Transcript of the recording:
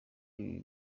ibi